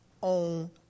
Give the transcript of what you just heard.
on